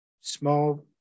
small